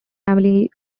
family